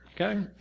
Okay